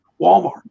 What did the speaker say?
Walmart